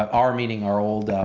our meaning our old